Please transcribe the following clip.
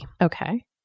Okay